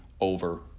over